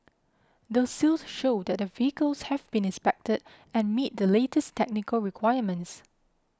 the seals show that the vehicles have been inspected and meet the latest technical requirements